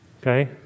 Okay